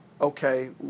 okay